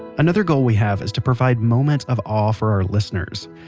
another goal we have is to provide moments of awe for our listeners.